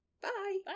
bye